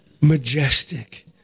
majestic